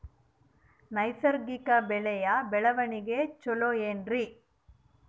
ನೈಸರ್ಗಿಕ ಬೆಳೆಯ ಬೆಳವಣಿಗೆ ಚೊಲೊ ಏನ್ರಿ?